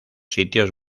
sitios